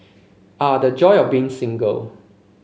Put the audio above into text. ah the joy of being single